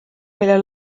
mille